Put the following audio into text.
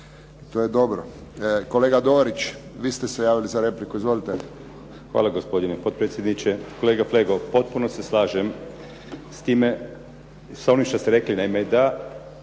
To je dobro. Kolega Dorić, vi ste se javili za repliku. Izvolite. **Dorić, Miljenko (HNS)** Hvala gospodine potpredsjedniče. Kolega Flego, potpuno se slažem s time, sa onime što ste rekli. Naime, da